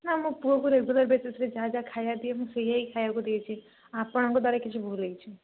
ନା ମୋ ପୁଅକୁ ରେଗୁଲାର ବେଶିସରେ ଯାହା ଯାହା ଖାଇବା ଦିଏ ମୁଁ ସେଇଆ ଖାଇବାକୁ ଦେଇଛି ଆପଣଙ୍କ ଦ୍ୱାରା କିଛି ଭୁଲ ହେଇଛି